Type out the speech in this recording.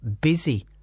busy